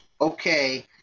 okay